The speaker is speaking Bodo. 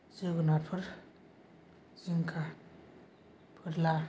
जोगोनारफोर जिंखा फोरला